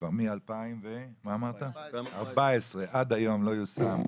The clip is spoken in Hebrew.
כבר מ-2014 עד היום לא יושם,